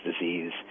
disease